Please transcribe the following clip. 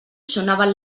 sonaven